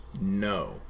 no